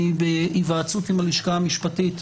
אני בהיוועצות עם הלשכה המשפטית,